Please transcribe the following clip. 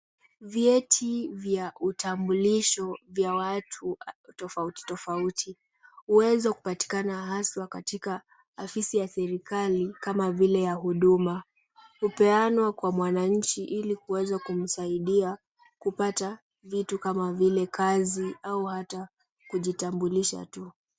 Vyeti vya utambulisho vya watu tofauti tofauti, huweza kupatikana haswa katika afisi ya serikali kama vile ya huduma. Hupeanwa kwa mwananchi ili kuweza kumsaidia kupata vitu kama vile kazi au hata kujitambulisha tu.